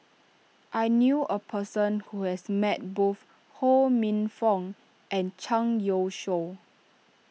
I knew a person who has met both Ho Minfong and Zhang Youshuo